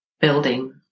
building